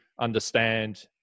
understand